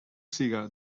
siga